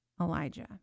Elijah